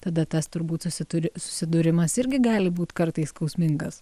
tada tas turbūt susituri susidūrimas irgi gali būt kartais skausmingas